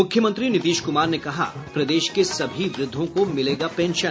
मुख्यमंत्री नीतीश कुमार ने कहा प्रदेश के सभी वृद्धों को मिलेगा पेंशन